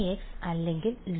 1x അല്ലെങ്കിൽ log